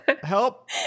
help